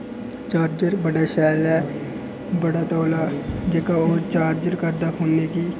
charger बड़ा शैल ऐ बड़ा तौला जेह्का ओह् चार्जर करदा फोनै गी